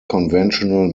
conventional